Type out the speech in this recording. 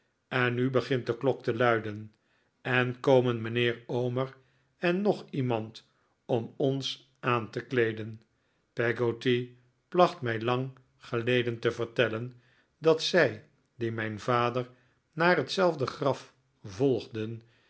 en nu begint de klok te luiden en komen mijnheer omer en nog iemand om ons aan te kleeden peggotty placht mij lang geleden te vertellen dat zij die mijn vader naar hetzelfde graf volgden